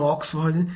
Oxford